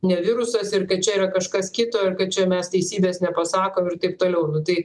ne virusas ir kad čia yra kažkas kito ir kad čia mes teisybės nepasakom ir taip toliau nu tai